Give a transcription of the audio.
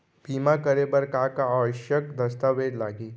बीमा करे बर का का आवश्यक दस्तावेज लागही